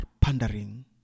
pandering